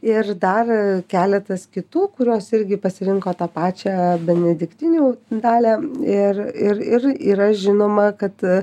ir dar keletas kitų kurios irgi pasirinko tą pačią benediktinių dalią ir ir ir yra žinoma kad